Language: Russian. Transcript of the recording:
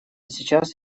сейчас